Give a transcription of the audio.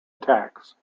attacks